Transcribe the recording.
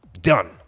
Done